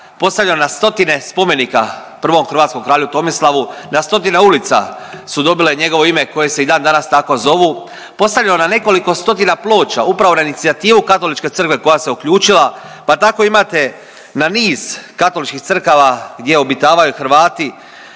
postavljalo na stotine spomenika prvom hrvatskom kralju Tomislavu, na stotine ulica su dobile njegove ime koje se i dan danas tako zovu. Postavljeno je na nekoliko stotina ploča upravo na inicijativu Katoličke crkve koja se uključila pa tako imate na niz katoličkih crkava gdje obitavaju Hrvati